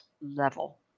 level